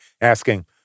asking